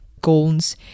goals